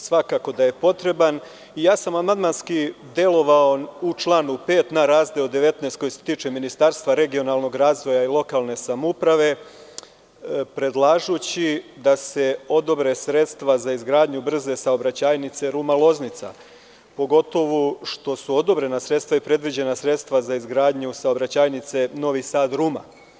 Svakako da je potreban i amandmanski sam delovao u članu 5. na razdeo 19. koji se tiče Ministarstva regionalnog razvoja i lokalne samouprave predlažući da se odobre sredstva za izgradnju brze saobraćajnice Ruma-Loznica, pogotovo što su odobrena sredstva i predviđena za izgradnju saobraćajnice Novi Sad-Ruma.